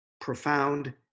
profound